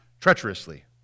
treacherously